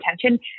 attention